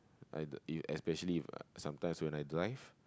I d~ you especially if I sometimes when I drive